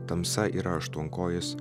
tamsa yra aštuonkojis